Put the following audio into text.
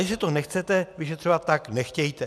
Jestli to nechcete vyšetřovat, tak nechtějte.